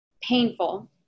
painful